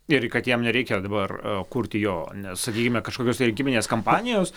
ir kad jam nereikia dabar kurti jo na sakykime kažkokios rinkiminės kampanijos